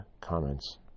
comments